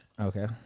Okay